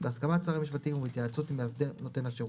בהסכמת שר המשפטים ובהתייעצות עם מאסדר נותן השירות.